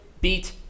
beat